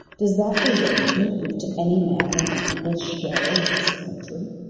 does that arrangement give to any man an equal share in his country?